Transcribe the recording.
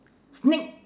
sneak